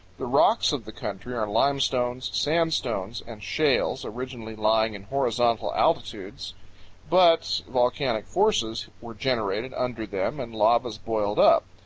the rocks of the country are limestones, sandstones, and shales, originally lying in horizontal altitudes but volcanic forces were generated under them and lavas boiled up.